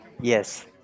Yes